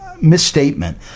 misstatement